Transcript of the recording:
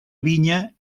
vinya